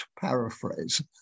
paraphrase